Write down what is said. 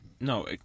No